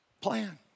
plan